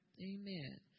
Amen